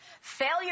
Failure